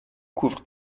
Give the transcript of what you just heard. couvre